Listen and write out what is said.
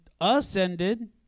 ascended